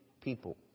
people